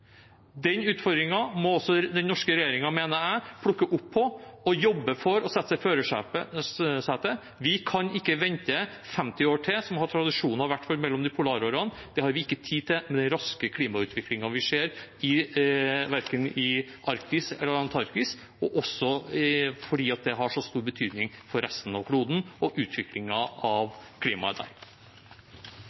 Den utfordringen mener jeg også den norske regjeringen må plukke opp, jobbe for og sette seg i førersetet for. Vi kan ikke vente 50 år til – som det tradisjonelt har vært mellom polarårene. Det har vi ikke tid til med den raske klimautviklingen vi ser, verken i Arktis eller i Antarktis, og også fordi det har så stor betydning for resten av kloden og utviklingen av klimaet der.